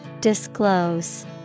Disclose